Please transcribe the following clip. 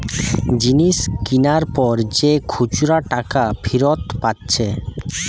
জিনিস কিনার পর যে খুচরা টাকা ফিরত পাচ্ছে